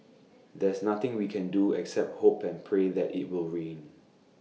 there's nothing we can do except hope and pray that IT will rain